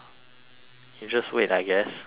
you just wait I guess patience